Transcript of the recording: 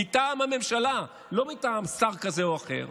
מטעם הממשלה, לא מטעם שר כזה או אחר,